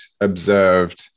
observed